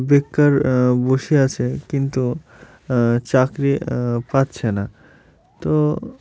বেকার বসে আছে কিন্তু চাকরি পাচ্ছে না তো